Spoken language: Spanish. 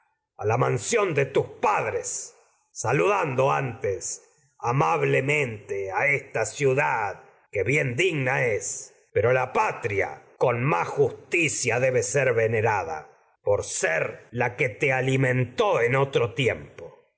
a la palacio la mansión a de tus padres que salu dando antes amablemente esta ciudad bien dig ser vene na es pero por la patria con más justicia en debe rada ser la que te alimentó de ti que a otro tiempo